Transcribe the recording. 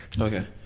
Okay